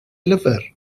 lyfr